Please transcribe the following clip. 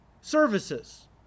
services